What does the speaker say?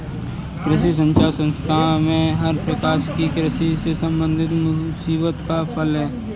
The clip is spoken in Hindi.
कृषि संचार संस्थान में हर प्रकार की कृषि से संबंधित मुसीबत का हल है